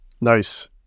Nice